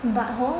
but hor